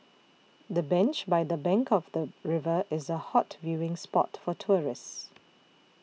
the bench by the bank of the river is a hot viewing spot for tourists